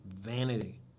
vanity